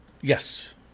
Yes